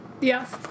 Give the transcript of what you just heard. Yes